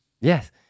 Yes